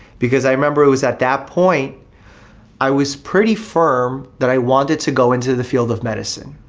because i remember it was at that point i was pretty firm that i wanted to go into the field of medicine.